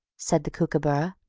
said the kookooburra,